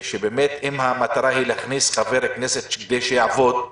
אם המטרה היא להכניס חבר כנסת כדי שיעבוד,